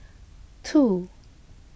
two